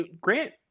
Grant